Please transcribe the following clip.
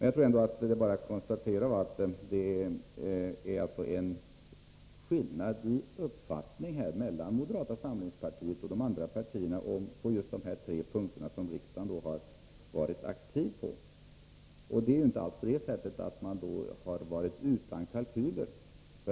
Jag tror att det bara är att konstatera att det är en skillnad i uppfattning mellan moderata samlingspartiet och de andra partierna när det gäller dessa tre frågor där riksdagen varit aktiv. Man har ju inte alls varit utan kalkyler.